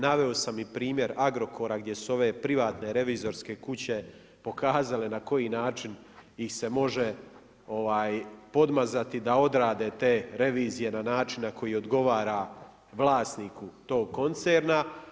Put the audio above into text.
Naveo sam i primjer Agrokora, gdje su ove privatne revizorske kuće pokazale na koji način ih se može podmazati, da odrade te revizije, na način koji odgovara vlasniku tog koncerna.